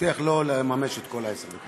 מבטיח לא לממש את כל עשר הדקות.